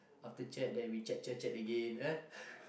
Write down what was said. after chat then we chat chat chat again